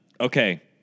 Okay